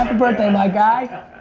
birthday my guy.